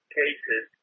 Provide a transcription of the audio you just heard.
cases